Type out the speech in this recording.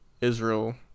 Israel